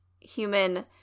human –